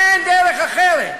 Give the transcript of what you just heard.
אין דרך אחרת,